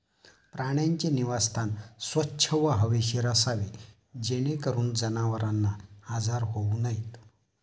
प्राण्यांचे निवासस्थान स्वच्छ व हवेशीर असावे जेणेकरून जनावरांना आजार होऊ नयेत